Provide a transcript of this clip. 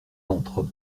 entre